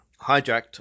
hijacked